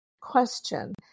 question